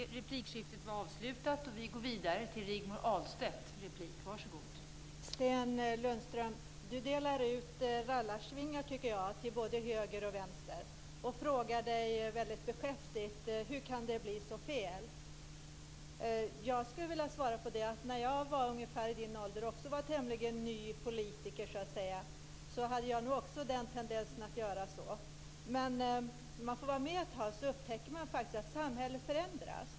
Fru talman! Sten Lundström, du delar ut rallarsvingar, tycker jag, till både höger och vänster. Du frågar väldigt beskäftigt: Hur kan det bli så fel? Jag skulle vilja säga att när jag var ungefär i din ålder, och också var tämligen ny som politiker, hade jag nog också en tendens att göra så. Men när man får vara med ett tag upptäcker man faktiskt att samhället förändras.